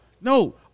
no